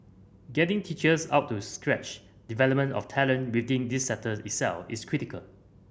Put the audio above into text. getting teachers up to scratch development of talent within this sector itself is critical